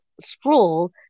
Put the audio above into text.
scroll